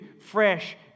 fresh